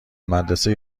مدرسه